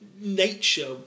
nature